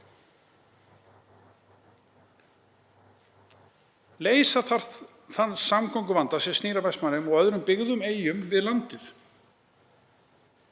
Leysa þarf þann samgönguvanda sem snýr að Vestmannaeyjum og öðrum byggðum eyjum við landið.